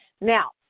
Now